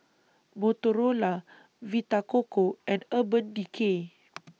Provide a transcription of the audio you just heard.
Motorola Vita Coco and Urban Decay